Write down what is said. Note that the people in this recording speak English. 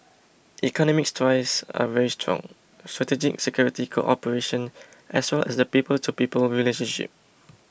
economic ties are very strong strategic security cooperation as well as the people to people relationship